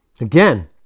again